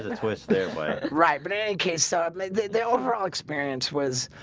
twist their way right, but in any case so up. maybe the overall experience was